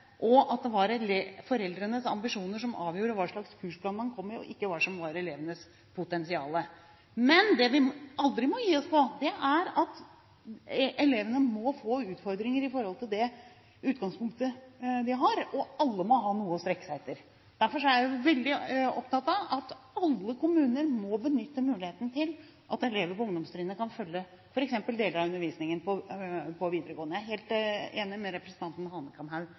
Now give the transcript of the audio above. og at det var foreldrenes ambisjoner som avgjorde hva slags kursplan de kom under, og ikke hva som var elevenes potensial. Det vi aldri må gi oss på, er at elevene må få utfordringer i forhold til det utgangspunktet de har, og alle må ha noe å strekke seg etter. Derfor er jeg veldig opptatt av at alle kommuner må benytte muligheten til at elever på ungdomstrinnet kan følge deler av undervisningen på videregående nivå. Jeg er helt enig med representanten